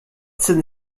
sind